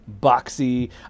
boxy